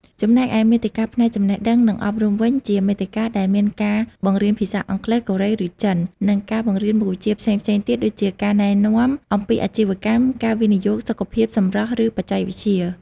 ចំណែកឯ មាតិកាផ្នែកចំណេះដឹង និងអប់រំវិញ ជាមាតិកាដែលមានការបង្រៀនភាសាអង់គ្លេស កូរ៉េ ឬចិន និងការបង្រៀនមុខវិជ្ជាផ្សេងៗទៀតដូចជា ការណែនាំអំពីអាជីវកម្ម ការវិនិយោគ សុខភាព សម្រស់ ឬបច្ចេកវិទ្យា។